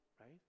Right